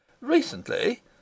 Recently